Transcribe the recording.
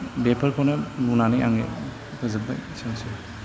बेफोरखौनो बुंनानै आङो फोजोब्बाय एसेनोसै